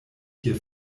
hier